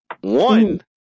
One